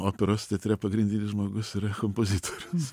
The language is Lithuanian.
operos teatre pagrindinis žmogus yra kompozitorius